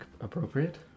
appropriate